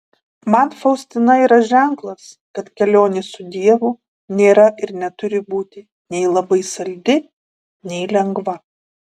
man faustina yra ženklas kad kelionė su dievu nėra ir neturi būti nei labai saldi nei lengva